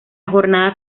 jornada